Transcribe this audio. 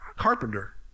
carpenter